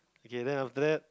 okay then after that